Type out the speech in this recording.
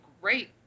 great